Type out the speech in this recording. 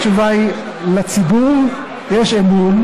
התשובה: לציבור יש אמון,